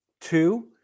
Two